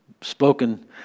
spoken